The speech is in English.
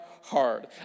hard